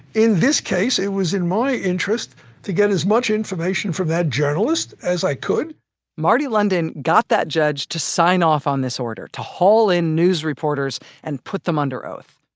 in this case, it was in my interest to get as much information from that journalist as i could marty london got that judge to sign-off on this order to haul in news reporters and put them under oath.